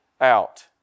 out